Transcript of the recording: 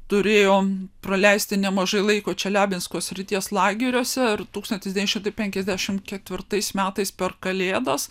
turėjo praleisti nemažai laiko čeliabinsko srities lageriuose ir tūkstantis devyni šimtai penkiasdešimt ketvirtais metais per kalėdas